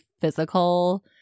physical